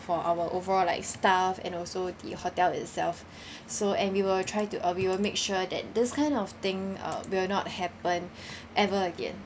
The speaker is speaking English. for our overall like staff and also the hotel itself so and we will try to uh we will make sure that this kind of thing uh will not happen ever again